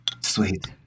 sweet